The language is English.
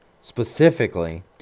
specifically